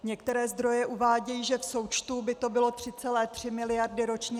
Některé zdroje uvádějí, že v součtu by to bylo 3,3 miliardy ročně.